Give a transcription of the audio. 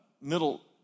middle